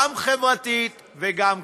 גם חברתית וגם כלכלית.